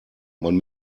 man